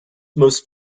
most